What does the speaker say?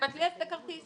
תבטלי את הכרטיס.